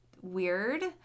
weird